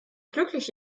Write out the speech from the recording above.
glücklich